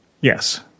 Yes